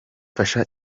mfasha